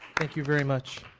thank you very much.